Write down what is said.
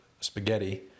spaghetti